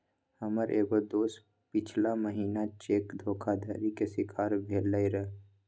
हमर एगो दोस पछिला महिन्ना चेक धोखाधड़ी के शिकार भेलइ र